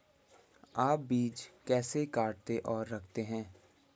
आप बीज कैसे काटते और रखते हैं?